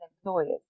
employers